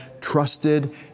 trusted